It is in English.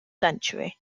century